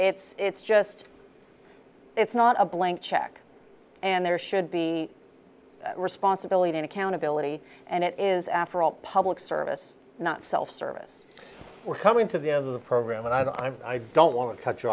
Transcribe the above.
it's just it's not a blank check and there should be responsibility and accountability and it is after all public service not self service we're coming to the of the program and i don't want to cut you